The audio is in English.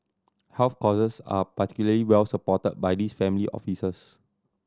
health causes are particularly well supported by these family offices